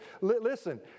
listen